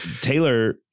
Taylor